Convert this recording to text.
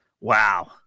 wow